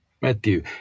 Matthew